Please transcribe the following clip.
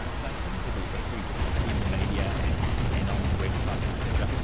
ah they seem to be everywhere in the media and and on websites etc,